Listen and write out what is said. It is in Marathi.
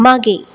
मागे